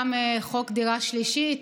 גם חוק דירה שלישית,